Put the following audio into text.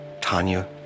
Tanya